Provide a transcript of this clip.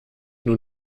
nur